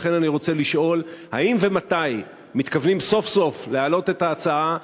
לכן אני רוצה לשאול: האם ומתי מתכוונים סוף-סוף להעלות את ההצעה,